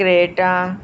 Creta